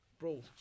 Bro